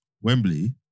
Wembley